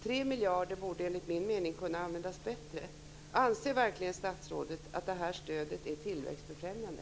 Enligt min mening borde 3 miljarder kunna användas bättre. Anser verkligen statsrådet att det här stödet är tillväxtbefrämjande?